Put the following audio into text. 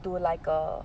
to like err